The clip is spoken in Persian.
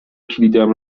کلیدم